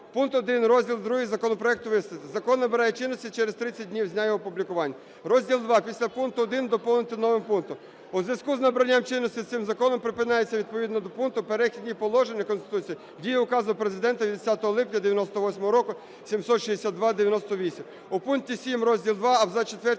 Пункт 1 розділ ІІ законопроекту викласти: "Закон набирає чинності через 30 днів з дня його опублікування"; розділ ІІ після пункту 1 доповнити новим пунктом: "У зв'язку з набранням чинності цим Законом припиняється відповідно до пункту… "Перехідні положення" Конституції дія Указу Президента від 10 липня 1998 року 762/98"; у пункті 7 розділ ІІ: абзац